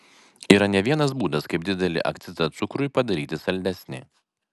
yra ne vienas būdas kaip didelį akcizą cukrui padaryti saldesnį